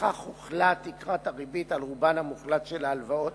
בכך הוחלה תקרת הריבית על רובן המוחלט של ההלוואות